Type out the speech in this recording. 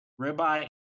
Ribeye